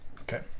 Okay